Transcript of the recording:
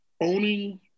owning